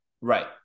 right